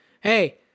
Hey